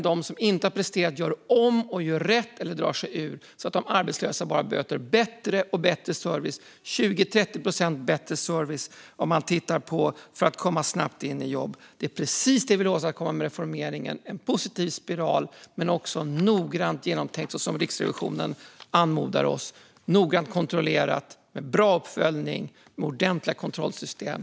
De som inte har presterat bra gör om och gör rätt eller drar sig ur, vilket leder till att de arbetslösa bara möter bättre och bättre service - det är 20-30 procent bättre service när det gäller att komma snabbt in i jobb. Det är precis det vi vill åstadkomma med reformeringen: en positiv spiral men också noga genomtänkt och, som Riksrevisionen anmodar oss, noga kontrollerat med bra uppföljning och ordentliga kontrollsystem.